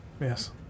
Yes